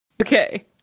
Okay